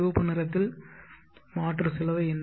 சிவப்பு நிறத்தில் மாற்று செலவு என்ன